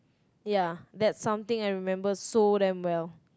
yeah that's something I remember so damn well